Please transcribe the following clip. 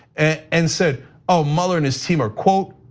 and and said ah mueller and his team are quote,